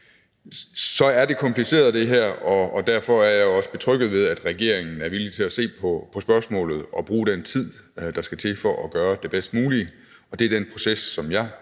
er det her kompliceret, og derfor er jeg også betrygget ved, at regeringen er villig til at se på spørgsmålet og bruge den tid, der skal til, for at gøre det bedst mulige. Det er den proces, som jeg